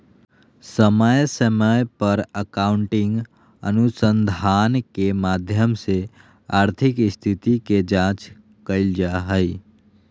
समय समय पर अकाउन्टिंग अनुसंधान के माध्यम से आर्थिक स्थिति के जांच कईल जा हइ